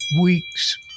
weeks